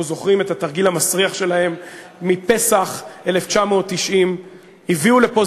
אנחנו זוכרים את התרגיל המסריח שלהם מפסח 1990. הביאו לפה,